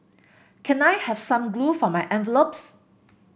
can I have some glue for my envelopes